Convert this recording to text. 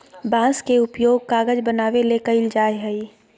बांस के उपयोग कागज बनावे ले कइल जाय हइ